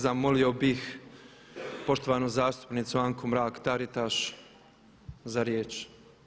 Zamolio bih poštovanu zastupnicu Anku Mrak Taritaš za riječ.